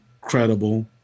credible